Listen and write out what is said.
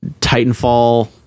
titanfall